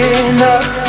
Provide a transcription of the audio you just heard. enough